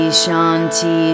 shanti